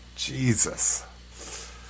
Jesus